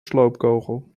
sloopkogel